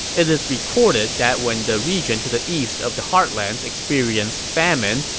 it is recorded that when the region to the east of the heartlands experienced famine,